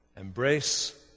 embrace